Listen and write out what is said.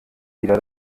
wieder